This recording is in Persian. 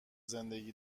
زندگی